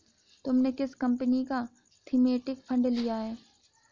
तुमने किस कंपनी का थीमेटिक फंड लिया है?